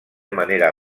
manera